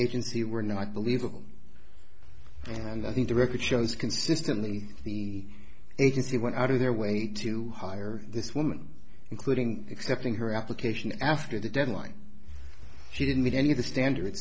agency were not believable and i think the record shows consistently the agency went out of their way to hire this woman including accepting her application after the deadline she didn't meet any of the standard